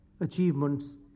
achievements